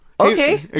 Okay